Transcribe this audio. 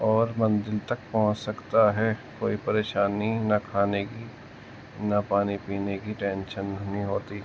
اور منزل تک پہنچ سکتا ہے کوئی پریشانی نہ کھانے کی نہ پانی پینے کی ٹینشن نہیں ہوتی